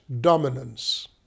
dominance